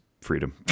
freedom